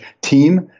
Team